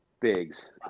Biggs